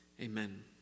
amen